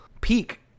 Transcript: peak